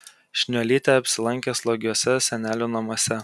šniuolytė apsilankė slogiuose senelių namuose